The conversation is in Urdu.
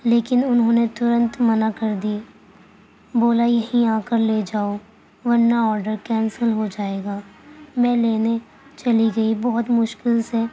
لیکن انہوں نے ترنت منع کر دیے بولا یہیں آ کر لے جاؤ ورنہ آڈر کینسل ہو جائے گا میں لینے چلی گئی بہت مشکل سے